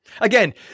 Again